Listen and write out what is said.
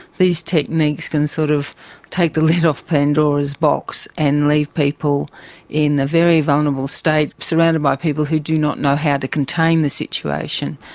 these techniques can sort of take the lid of pandora's box and leave people in a very vulnerable state surrounded by people who do not know how to contain the situation.